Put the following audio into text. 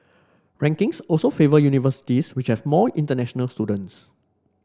rankings also favour universities which have more international students